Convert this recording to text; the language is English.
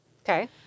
Okay